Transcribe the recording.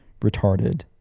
retarded